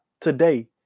today